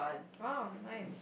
oh nice